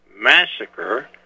massacre